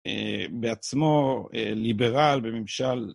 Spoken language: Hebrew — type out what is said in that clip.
בעצמו ליברל בממשל...